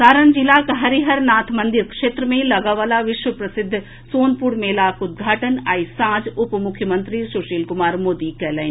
सारण जिलाक हरिहर नाथ मंदिर क्षेत्र मे लगएवला विश्व प्रसिद्ध सोनपुर मेलाक उद्घाटन आई सांझ उपमुख्यमंत्री सुशील कुमार मोदी कयलनि